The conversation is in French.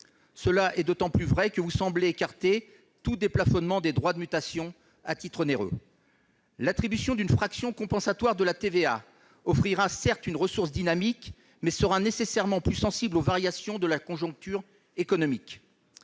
Cela est d'autant plus vrai que vous semblez écarter tout déplafonnement des droits de mutation à titre onéreux. L'attribution d'une fraction compensatoire de la TVA offrira certes une ressource dynamique, mais elle sera nécessairement plus sensible aux variations de la conjoncture économique.